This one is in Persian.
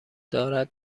دارد